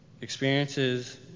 Experiences